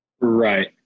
Right